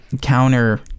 counter